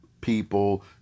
people